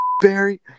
barry